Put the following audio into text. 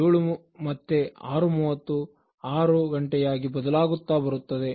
700 ಮತ್ತೆ 630 600 ಯಾಗಿ ಬದಲಾಗುತ್ತ ಬರುತ್ತದೆ